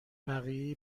بقیه